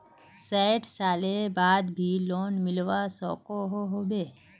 सैट सालेर बाद भी लोन मिलवा सकोहो होबे?